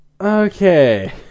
Okay